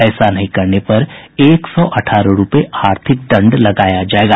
ऐसा नहीं करने पर एक सौ अठारह रूपये आर्थिक दंड लगाया जायेगा